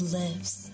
lives